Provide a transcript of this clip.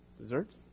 Desserts